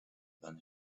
than